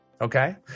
Okay